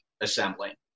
assembly